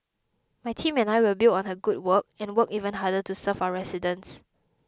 my team and I will build on her good work and work even harder to serve our residents